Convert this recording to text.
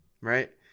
right